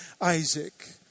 Isaac